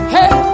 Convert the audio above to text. Hey